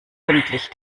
gründlich